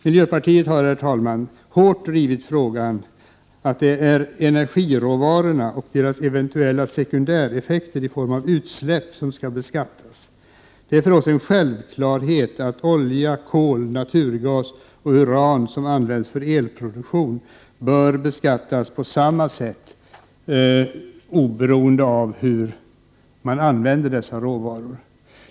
Miljöpartiet har, herr talman, hårt drivit frågan att det är energiråvarorna och deras eventuella sekundäreffekter i form av utsläpp som skall beskattas. Det är för oss en självklarhet att olja, kol, naturgas och uran som används för elproduktion bör beskattas på samma sätt oberoende av hur man använder dessa råvaror.